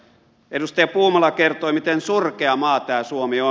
edustaja puumala kertoi miten surkea maa tämä suomi on